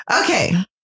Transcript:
Okay